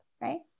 right